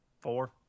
Four